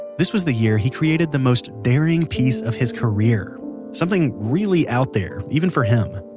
this was the year he created the most daring piece of his career something really out there, even for him.